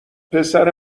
پسر